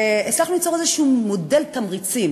הצלחנו ליצור איזשהו מודל תמריצים